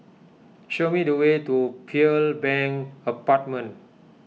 show me the way to Pearl Bank Apartment